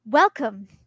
Welcome